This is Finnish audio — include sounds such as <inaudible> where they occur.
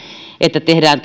että tehdään <unintelligible>